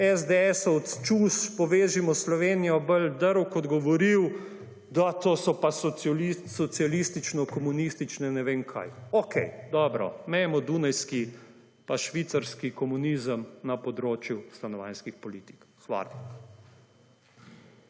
SDS-ovec Čuš (Povežimo Slovenijo) bolj drl kot govoril, da to so pa socialistično-komunistične… ne vem kaj. Okej, dobro, imejmo dunajski pa švicarski komunizem na področju stanovanjskih politik. Hvala.